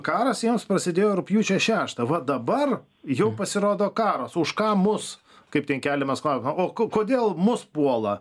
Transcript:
karas jiems prasidėjo rugpjūčio šeštą va dabar jau pasirodo karas už ką mus kaip ten keliamas klau o ko kodėl mus puola